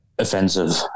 Offensive